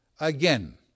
Again